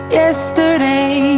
yesterday